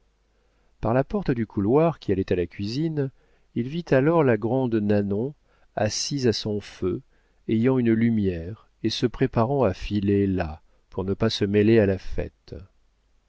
par la porte du couloir qui allait à la cuisine il vit alors la grande nanon assise à son feu ayant une lumière et se préparant à filer là pour ne pas se mêler à la fête